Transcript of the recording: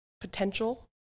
potential